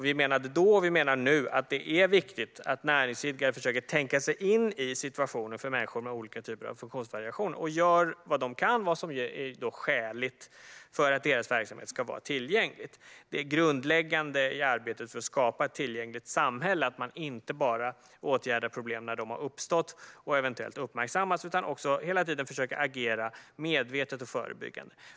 Vi menade då och vi menar nu att det är viktigt att näringsidkare försöker tänka sig in i situationen för människor med olika typer av funktionsvariationer och gör vad de kan och vad som är skäligt för att deras verksamhet ska vara tillgänglig. Det grundläggande i arbetet för att skapa ett tillgängligt samhälle är att man inte bara åtgärdar problem när de har uppstått och eventuellt uppmärksammats utan också hela tiden försöker agera medvetet och förebyggande.